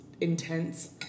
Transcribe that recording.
intense